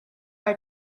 are